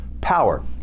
power